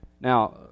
Now